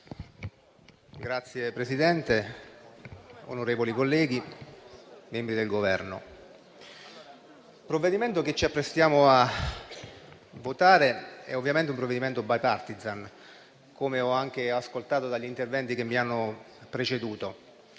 il provvedimento che ci apprestiamo a votare è ovviamente un provvedimento *bipartisan*, come dimostrano gli interventi che mi hanno preceduto.